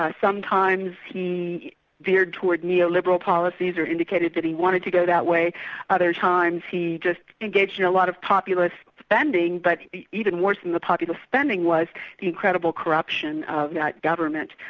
ah sometimes he veered towards neo-liberal policies, or indicated that he wanted to go that way other times he just engaged in a lot of populist spending, but even worse than the populist spending was the incredible corruption of that government.